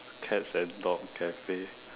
cats and dog cafe